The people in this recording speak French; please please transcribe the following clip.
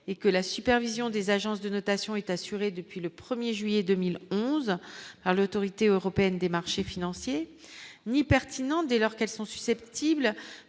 et que la supervision des agences de notation est assurée depuis le 1er juillet 2011 à l'Autorité européenne des marchés financiers, ni pertinent dès lors qu'elles sont susceptibles